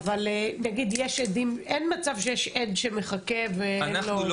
אין מצב שיש עד שמחכה ואין תוכנית הגנה בגלל תקציב?